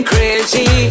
Crazy